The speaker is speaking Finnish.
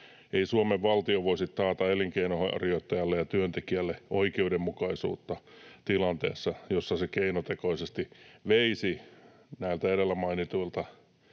Ei Suomen valtio voisi taata elinkeinonharjoittajalle ja työntekijälle oikeudenmukaisuutta tilanteessa, jossa se keinotekoisesti veisi näiltä edellä mainituilta